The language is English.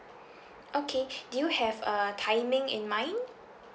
okay do you have uh timing in mind